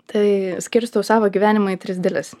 tai skirstau savo gyvenimą į tris dalis